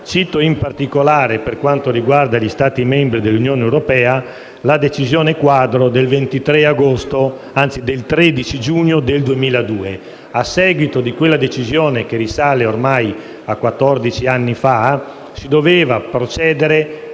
Cito in particolare, per quanto riguarda gli Stati membri dell'Unione europea, la decisione quadro del 13 giugno del 2002. A seguito di quella decisione, che risale ormai a quattordici anni fa, si doveva procedere